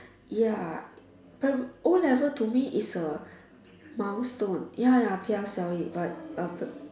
ya uh O-Level to me is a milestone ya ya P_S_L_E but out the